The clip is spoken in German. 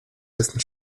dessen